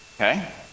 okay